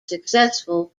successful